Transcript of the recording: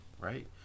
Right